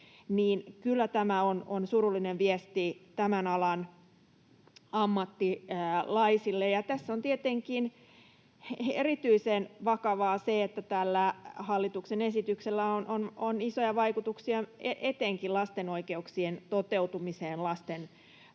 kyllä tämä on surullinen viesti tämän alan ammattilaisille. Tässä on tietenkin erityisen vakavaa se, että tällä hallituksen esityksellä on isoja vaikutuksia etenkin lasten oikeuksien toteutumiseen lastensuojelussa.